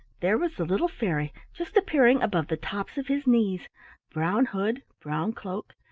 there was the little fairy just appearing above the tops of his knees brown hood, brown cloak,